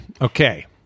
Okay